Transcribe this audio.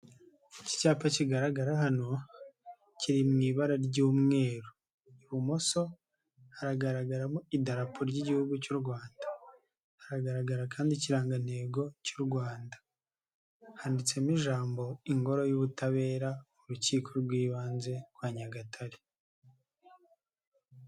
Iki cyapa kigaragara hano kiri mu ibara ry'umweru, ibumoso haragaragaramo idarapo ry'Igihugu cy'u Rwanda, haragaragara kandi ikirangantego cy'u Rwanda, handitsemo ijambo ingoro y'ubutabera urukiko rw'ibanze rwa Nyagatare.